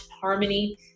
harmony